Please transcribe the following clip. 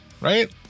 Right